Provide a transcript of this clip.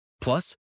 Plus